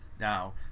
Now